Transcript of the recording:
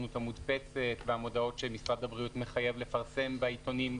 המשפטית של המשרד שביקשה להוסיף דברים.